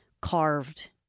carved